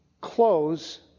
close